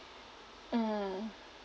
mm